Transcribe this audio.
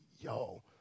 yo